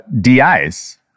DIs